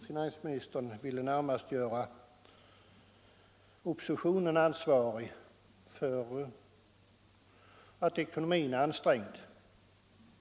Finansministern ville närmast göra oppositionen ansvarig för att ekonomin är ansträngd.